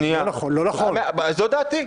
זאת דעתי.